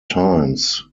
times